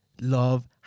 love